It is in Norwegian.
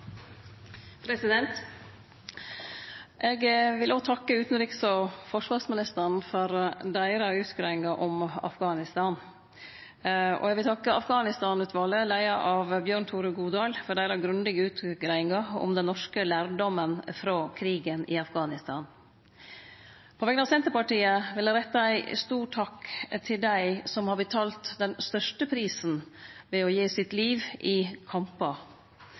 Eg vil òg takke utanriksministeren og forsvarsministeren for deira utgreiingar om Afghanistan. Eg vil òg takke Afghanistan-utvalet, leia av Bjørn Tore Godal, for deira grundige utgreiingar om den norske lærdomen frå krigen i Afghanistan. På vegner av Senterpartiet vil eg rette ein stor takk til dei som har betalt den største prisen ved å gi sitt liv i kampar,